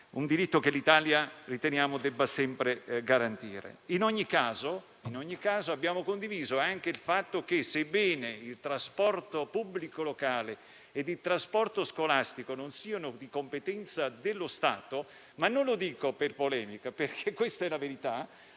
un diritto che l'Italia deve sempre garantire. In ogni caso, abbiamo condiviso anche il fatto che, sebbene il trasporto pubblico locale e il trasporto scolastico non siano di competenza dello Stato - non lo dico per polemica, perché questa è la verità